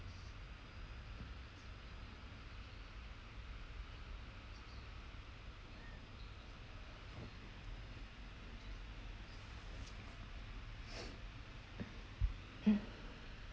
mm